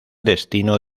destino